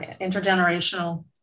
intergenerational